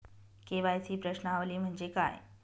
KYC प्रश्नावली म्हणजे काय?